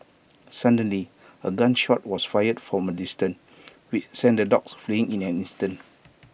suddenly A gun shot was fired from A distance which sent the dogs fleeing in an instant